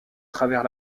travers